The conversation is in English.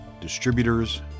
distributors